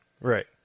Right